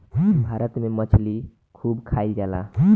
भारत में मछली खूब खाईल जाला